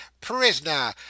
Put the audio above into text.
Prisoner